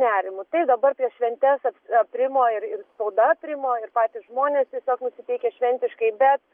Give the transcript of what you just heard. nerimu tai dabar prieš šventes aprimo ir ir spauda aprimo ir patys žmonės tiesiog nusiteikę šventiškai bet